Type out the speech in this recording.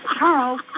Charles